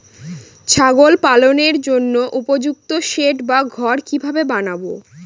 ছাগল পালনের জন্য উপযুক্ত সেড বা ঘর কিভাবে বানাবো?